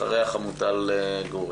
אחריה, חמוטל גורי.